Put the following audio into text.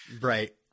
Right